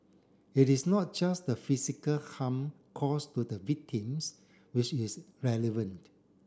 it is not just the physical harm caused to the victims which is relevant